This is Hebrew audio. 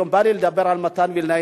היום בא לי לדבר על מתן וילנאי,